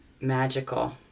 magical